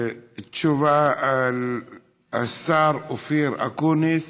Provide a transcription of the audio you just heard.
תשובה, השר אופיר אקוניס